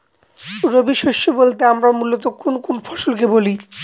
রবি শস্য বলতে আমরা মূলত কোন কোন ফসল কে বলি?